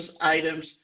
items